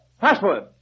Password